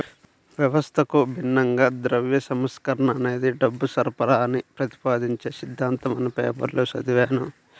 వ్యవస్థకు భిన్నంగా ద్రవ్య సంస్కరణ అనేది డబ్బు సరఫరాని ప్రతిపాదించే సిద్ధాంతమని పేపర్లో చదివాను